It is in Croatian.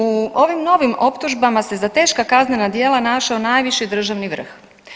U ovim novim optužbama se za teška kaznena djela našao najviše državni vrh.